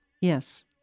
Yes